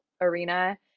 arena